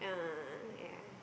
a'ah a'ah yeah